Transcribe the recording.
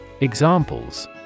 Examples